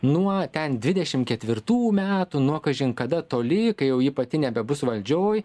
nuo ten dvidešim ketvirtų metų nuo kažin kada toli kai jau ji pati nebebus valdžioj